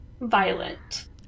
Violent